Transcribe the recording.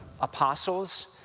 apostles